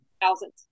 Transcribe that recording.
thousands